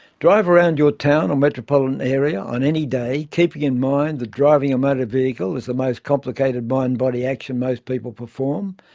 drive around your town or metropolitan area on any day, keeping in mind that driving a motor vehicle is the most complicated mind-body action most people perform,